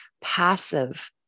passive